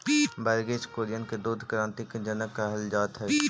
वर्गिस कुरियन के दुग्ध क्रान्ति के जनक कहल जात हई